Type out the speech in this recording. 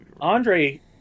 Andre